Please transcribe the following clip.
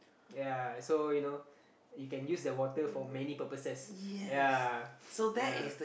ya so you know you can use the water for many purposes ya ya